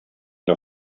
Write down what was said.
der